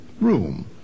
room